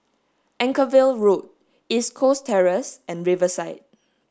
Anchorvale Road East Coast Terrace and Riverside